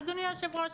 אדוני היושב-ראש,